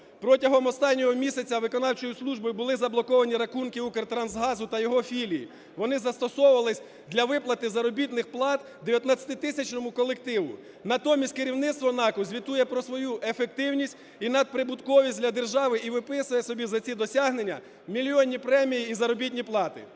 Протягом останнього місяця виконавчою службою були заблоковані рахунки "Укртрансгазу" та його філії, вони застосовувались для виплати заробітних плат 19-тисячному колективу. Натомість керівництво НАКу звітує про свою ефективність і надприбутковість для держави і виписує собі за ці досягнення мільйонні премії і заробітні плати.